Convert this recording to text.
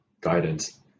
guidance